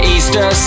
Easter